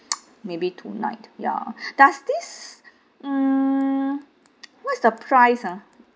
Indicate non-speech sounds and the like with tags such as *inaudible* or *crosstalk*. *noise* maybe tonight ya does this mm what's the price ah